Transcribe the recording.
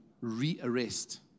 re-arrest